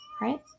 right